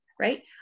right